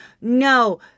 No